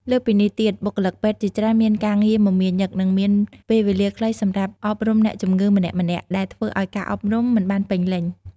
លើសពីនេះទៀត បុគ្គលិកពេទ្យជាច្រើនមានការងារមមាញឹកនិងមានពេលវេលាខ្លីសម្រាប់អប់រំអ្នកជំងឺម្នាក់ៗ ដែលធ្វើឱ្យការអប់រំមិនបានពេញលេញ។